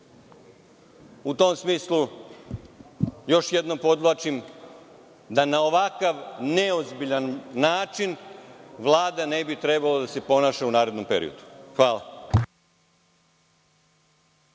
ne ponavlja. Još jednom podvlačim da na ovakav neozbiljan način Vlada ne bi trebalo da se ponaša u narednom periodu. Hvala.